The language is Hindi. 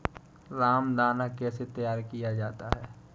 रामदाना कैसे तैयार किया जाता है?